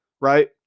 right